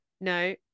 no